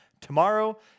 Tomorrow